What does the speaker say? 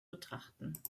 betrachten